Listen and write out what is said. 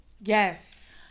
yes